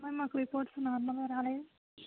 మరి మాకు రిపోర్ట్స్ నార్మల్గా రాలేదు